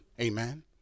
amen